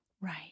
right